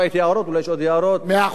גם על ההסתייגויות וגם על רשות הדיבור.